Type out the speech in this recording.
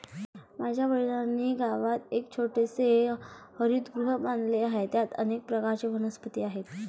माझ्या वडिलांनी गावात एक छोटेसे हरितगृह बांधले आहे, त्यात अनेक प्रकारच्या वनस्पती आहेत